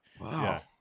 Wow